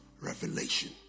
revelation